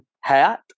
hat